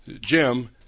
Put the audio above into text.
Jim